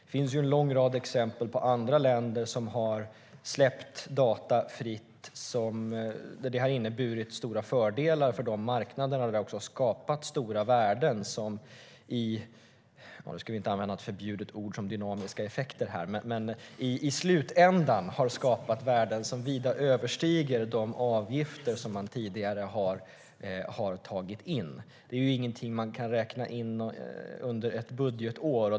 Det finns ju en lång rad exempel på länder som har släppt data fria som har inneburit stora fördelar för de marknaderna, och det har också skapat stora värden - nu ska jag inte använda förbjudna ord som dynamiska effekter - som i slutändan har skapat värden som vida överstiger de avgifter som man tidigare har tagit in. Det är ju ingenting som man kan räkna in under ett budgetår.